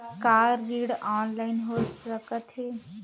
का ऋण ऑनलाइन हो सकत हे?